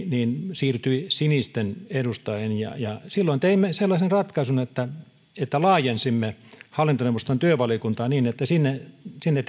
siirtyi sinisten edustajiin ja ja silloin teimme sellaisen ratkaisun että että laajensimme hallintoneuvoston työvaliokuntaa niin että sinne sinne